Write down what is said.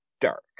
Dark